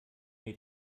mir